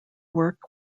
work